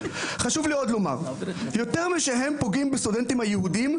וחשוב לי עוד לומר יותר משהם פוגעים בסטודנטים היהודים,